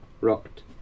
rocked